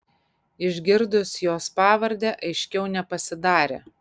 išgirdus jos pavardę aiškiau nepasidarė